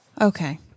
Okay